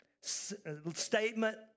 statement